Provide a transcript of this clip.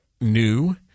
new